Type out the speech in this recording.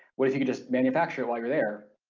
what if you could just manufacture it while you're there.